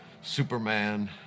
superman